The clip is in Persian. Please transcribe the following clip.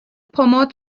پماد